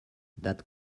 that